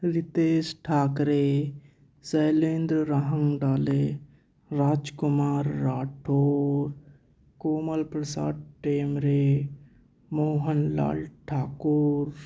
Ritesh Thackeray Shailendra Rahangdale Rajkumar Rathore Komal Prasad Temre Mohan Lal Thakur